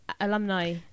Alumni